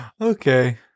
Okay